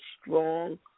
strong